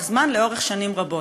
לאורך זמן, לאורך שנים רבות.